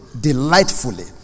delightfully